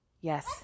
Yes